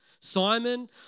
Simon